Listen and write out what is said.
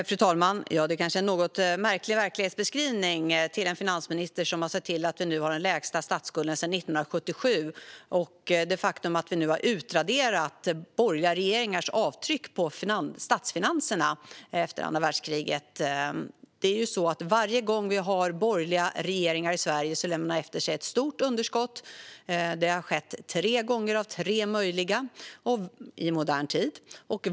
Fru talman! Det där var en något märklig verklighetsbeskrivning av en finansminister som har sett till att vi nu har den lägsta statsskulden sedan 1977. Det är ett faktum att vi nu har utraderat borgerliga regeringars avtryck på statsfinanserna efter andra världskriget. Varje gång Sverige har en borgerlig regering lämnar den efter sig ett stort underskott. Det har skett tre gånger av tre möjliga i modern tid.